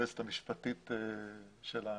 היועצת המשפטית של המחוז,